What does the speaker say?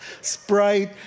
Sprite